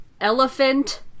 Elephant